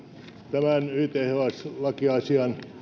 tämän yths lakiasian